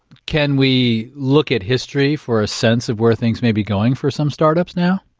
can we look at history for a sense of where things may be going for some startups now?